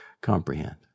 comprehend